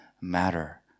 matter